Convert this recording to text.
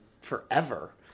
forever